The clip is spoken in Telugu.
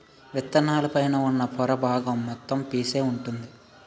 విత్తనాల పైన ఉన్న పొర బాగం మొత్తం పీసే వుంటుంది